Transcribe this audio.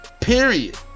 period